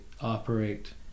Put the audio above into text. operate